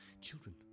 Children